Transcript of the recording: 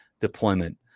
deployment